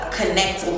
connect